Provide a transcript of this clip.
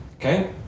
Okay